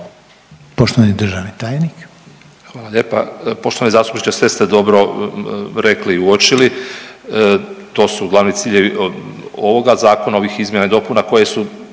Poštovani državni tajniče.